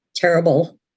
terrible